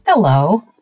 Hello